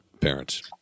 parents